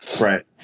right